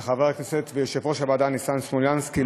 ולחבר הכנסת ויושב-ראש הוועדה ניסן סלומינסקי,